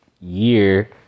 year